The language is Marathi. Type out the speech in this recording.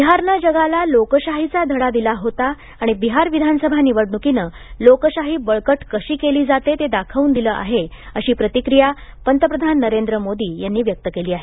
बिहारने जगाला लोकशाहीचा धडा दिला होता आणि बिहार विधानसभा निवडणुकीने लोकशाही बळकट कशी केली जाते ते दाखवून दिलं आहे अशी प्रतिक्रिया पंतप्रधान नरेंद्र मोदी यांनी व्यक्त केली आहे